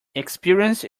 experience